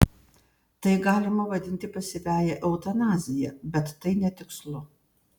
tai galima vadinti pasyviąja eutanazija bet tai netikslu